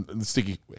sticky